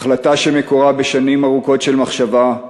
החלטה שמקורה בשנים ארוכות של מחשבה,